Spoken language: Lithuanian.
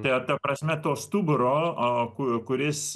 ta ta prasme to stuburo ku kuris